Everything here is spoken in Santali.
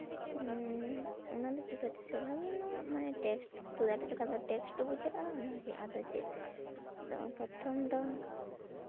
ᱚᱱᱟᱫᱚ ᱪᱤᱠᱟᱹᱛᱮᱥᱮ ᱵᱷᱟᱜᱮ ᱧᱚᱜ ᱴᱮᱥᱴ ᱩᱛᱩ ᱫᱟᱲᱮᱜ ᱞᱮᱠᱷᱟᱱ ᱫᱚ ᱴᱮᱥᱴ ᱵᱩᱡᱷᱟᱹᱜᱼᱟ ᱚᱱᱟᱜᱮ ᱟᱫᱚ ᱪᱮᱫ ᱟᱫᱚ ᱯᱨᱚᱛᱷᱚᱢ ᱫᱚ